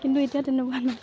কিন্তু এতিয়া তেনেকুৱা নাই